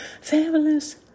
fabulous